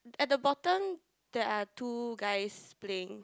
at the bottom there are two guys playing